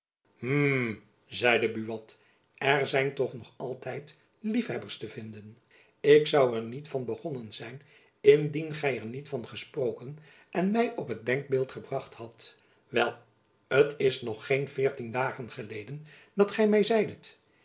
hm zeide buat er zijn toch nog altijd liefjacob van lennep elizabeth musch hebbers te vinden ik zoû er niet van begonnen zijn indien gy er niet van gesproken en my op het denkbeeld gebracht hadt wel t is nog geen veertien dagen geleden dat gy my zeidet